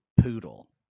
poodle